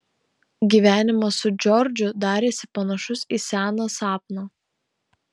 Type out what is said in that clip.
gyvenimas su džordžu darėsi panašus į seną sapną